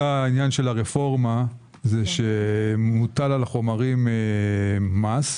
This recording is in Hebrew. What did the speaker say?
כל העניין של הרפורמה זה שמוטל על החומרים מס,